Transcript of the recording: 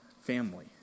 family